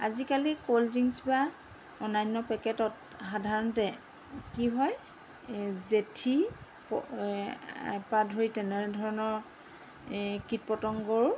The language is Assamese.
আজিকালি ক'ল্ড ড্ৰিংকছ্ বা অন্যান্য পেকেটত সাধাৰণতে কি হয় জেঠী প ধৰি তেনেধৰণৰ এই কীট পতংগৰো